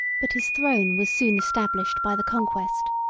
but his throne was soon established by the conquest,